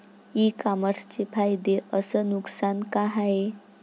इ कामर्सचे फायदे अस नुकसान का हाये